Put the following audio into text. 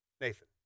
Nathan